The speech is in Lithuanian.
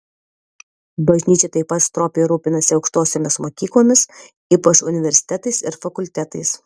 bažnyčia taip pat stropiai rūpinasi aukštosiomis mokyklomis ypač universitetais ir fakultetais